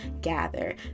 gather